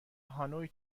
هانوی